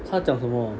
她讲什么